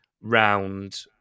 Round